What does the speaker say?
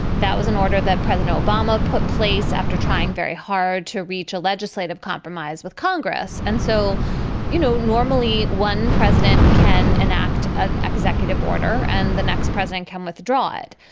that was an order that president obama put place after trying very hard to reach a legislative compromise with congress. and so you know normally one president can enact an executive order and the next president can withdraw it.